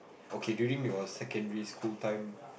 okay during your secondary school time